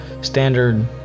standard